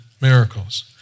miracles